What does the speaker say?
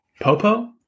Popo